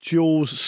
Jules